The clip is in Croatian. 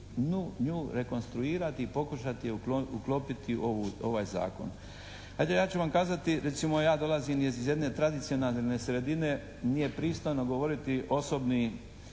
nju rekonstruirati i pokušati ju uklopiti u ovaj zakon. Ajde ja ću vam kazati, recimo ja dolazim iz jedne tradicionalne sredine, nije pristojno govoriti osobni